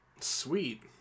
sweet